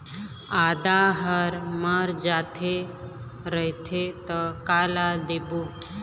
आदा हर मर जाथे रथे त काला देबो?